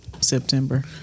September